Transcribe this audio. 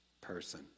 person